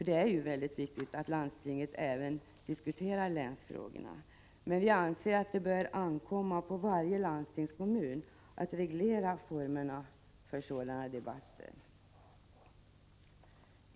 Det är väldigt viktigt att landstingen diskuterar även länsfrågorna, men vi anser att det bör ankomma på varje landstingskommun att reglera formerna för sådana debatter.